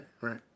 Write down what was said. right